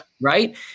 Right